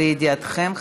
לידיעתכם,